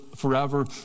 forever